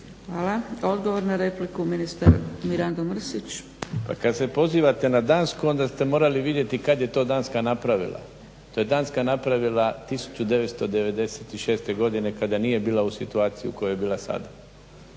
Hvala. Odgovor na repliku, ministar Mirando Mrsić. **Mrsić, Mirando (SDP)** Pa kad se pozivate na Dansku, onda ste morali vidjeti kad je to Danska napravila. To je Danska napravila 1996. godine kada nije bila u situaciji u kojoj je bila sad.